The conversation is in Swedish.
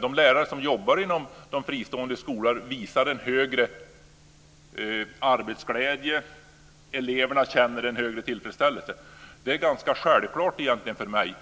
de lärare som jobbar inom den fristående skolan visar en större arbetsglädje och att eleverna känner en större tillfredsställelse. Det är ganska självklart för mig.